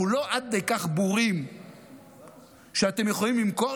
אנחנו לא עד כדי כך בורים שאתם יכולים למכור